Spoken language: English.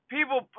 People